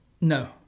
No